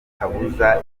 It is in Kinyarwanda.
kabuza